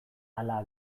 ala